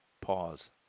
Pause